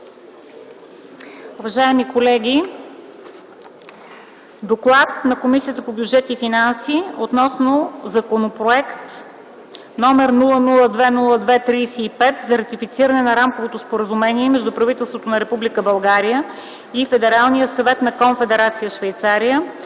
Уважаеми колеги! „ДОКЛАД на Комисията по бюджет и финанси относно Законопроект № 992-02-35 за ратифициране на Рамковото споразумение между правителството на Република България и Федералния съвет на Конфедерация Швейцария